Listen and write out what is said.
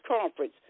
conference